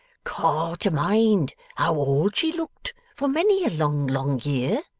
call to mind how old she looked for many a long, long year,